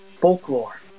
folklore